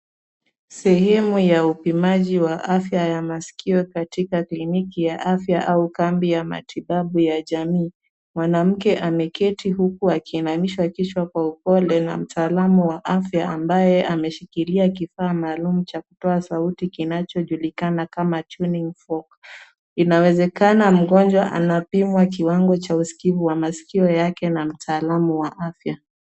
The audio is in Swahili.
Sehemu ya upimaji wa afya ya maskio katika kliniki ya afya au kambi ya matibabu ya jamii. Mwanamke ameketi huku akiinamisha kichwa kwa upole na mtaalamu wa afya ambaye ameshikilia kifaa maalum cha kutoa sauti kinachojulikana kama tuning fork .Inawezekana mgonjwa anapimwa kiwango cha uskivu wa maskio yake na mtaalamu wa afya.